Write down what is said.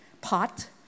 pot